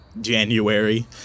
January